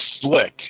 Slick